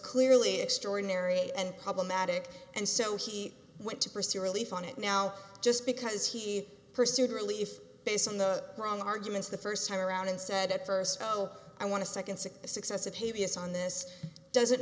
clearly extraordinary and problematic and so he went to pursue relief on it now just because he pursued relief based on the wrong arguments the first time around and said at first i want to second see the success of his views on this doesn't